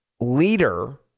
leader